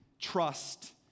trust